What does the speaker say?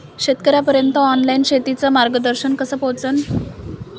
शेतकर्याइपर्यंत ऑनलाईन शेतीचं मार्गदर्शन कस पोहोचन?